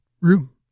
room